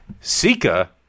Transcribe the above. Sika